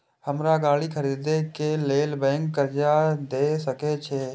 हमरा गाड़ी खरदे के लेल बैंक कर्जा देय सके छे?